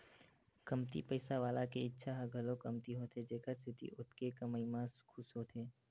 कमती पइसा वाला के इच्छा ह घलो कमती होथे जेखर सेती ओतके कमई म खुस होथे